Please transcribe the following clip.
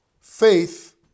faith